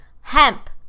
hemp